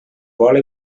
vol